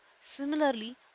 Similarly